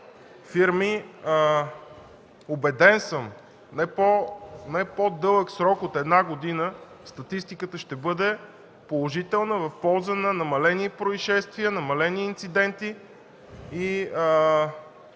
фирми, убеден съм – за не по-дълъг срок от една година статистиката ще бъде положителна, в полза на намалели произшествия, намалели инциденти.